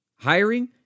Hiring